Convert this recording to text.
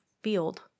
field